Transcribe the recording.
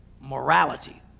morality